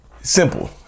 Simple